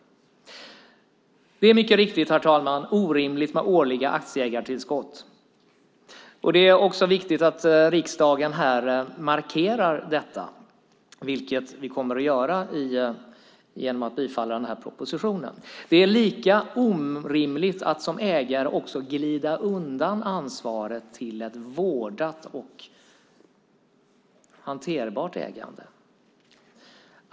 Det är mycket riktigt, herr talman, orimligt med årliga aktieägartillskott. Det är också viktigt att riksdagen här markerar detta, vilket vi kommer att göra genom att bifalla den här propositionen. Det är lika orimligt att som ägare glida undan ansvaret för ett vårdat och hanterbart ägande.